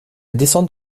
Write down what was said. descente